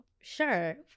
sure